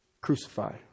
crucified